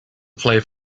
played